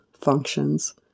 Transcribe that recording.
functions